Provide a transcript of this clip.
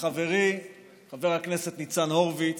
חברי חבר הכנסת ניצן הורוביץ,